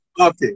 Okay